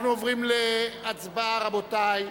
אנחנו עוברים להצבעה, רבותי.